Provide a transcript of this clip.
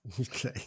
Okay